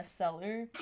bestseller